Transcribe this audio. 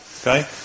Okay